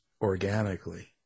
organically